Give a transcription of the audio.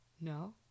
No